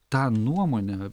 tą nuomonę